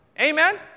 Amen